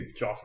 Joffrey